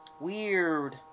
Weird